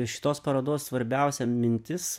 šitos parodos svarbiausia mintis